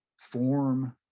form